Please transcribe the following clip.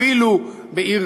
אפילו בעיר